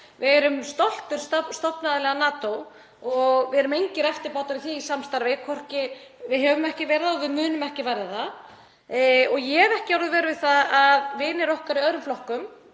Við erum stoltur stofnaðili að NATO og erum engir eftirbátar í því samstarfi. Við höfum ekki verið það og við munum ekki verða það. Ég hef ekki orðið vör við það að vinir okkar í öðrum flokkum,